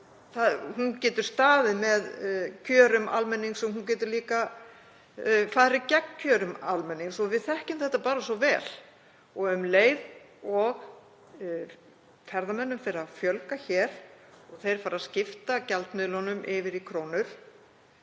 Hún getur staðið með kjörum almennings en hún getur líka farið gegn kjörum almennings. Við þekkjum þetta svo vel. Um leið og ferðamönnum fer að fjölga hér og þeir fara að skipta gjaldmiðlinum yfir í krónur